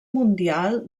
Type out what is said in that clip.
mundial